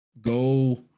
go